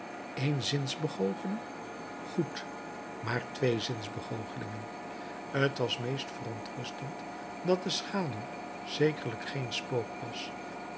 één zinsbegoocheling goed maar twee zinsbegoochelingen t was meest verontrustend dat de schaduw zekerlijk geen spook was